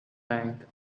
bank